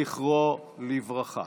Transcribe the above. זיכרונו לברכה.